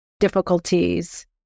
difficulties